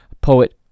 poet